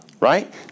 Right